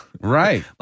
right